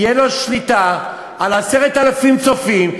תהיה לו שליטה על 10,000 צופים,